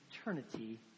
eternity